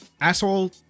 asshole